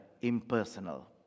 impersonal